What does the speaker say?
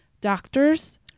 doctors